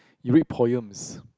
you read poems